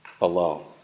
alone